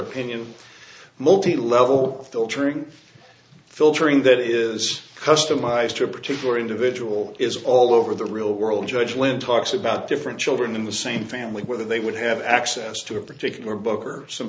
opinion multi level filtering filtering that is customized to a particular individual is all over the real world judge lynn talks about different children in the same family whether they would have access to a particular book or